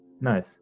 Nice